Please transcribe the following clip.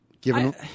Given